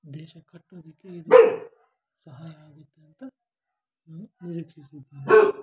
ದೇಶ ಕಟ್ಟೋದಿಕ್ಕೆ ಇದು ಸಹಾಯ ಆಗುತ್ತೆ ಅಂತ ನಾನು ನಿರೀಕ್ಷಿಸುತ್ತೇನೆ